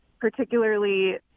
particularly